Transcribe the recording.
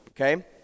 Okay